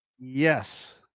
Yes